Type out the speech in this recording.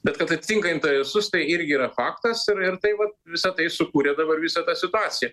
bet kad atitinka interesus tai irgi yra faktas ir ir tai vat visa tai sukūrė dabar visą tą situaciją